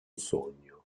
sogno